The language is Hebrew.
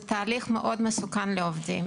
פירוק והסרת אסבסט זה תהליך מאוד מסוכן לעובדים,